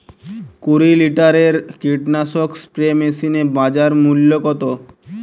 কুরি লিটারের কীটনাশক স্প্রে মেশিনের বাজার মূল্য কতো?